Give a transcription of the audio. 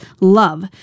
love